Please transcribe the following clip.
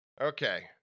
Okay